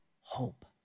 hope